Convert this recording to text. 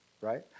right